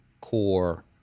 core